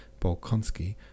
Bolkonski